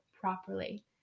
properly